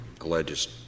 alleges